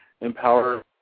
empower